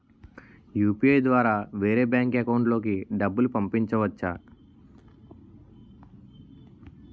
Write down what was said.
UPI ద్వారా వేరే bank account లోకి డబ్బులు పంపించవచ్చా?